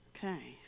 Okay